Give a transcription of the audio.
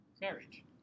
marriage